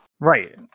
Right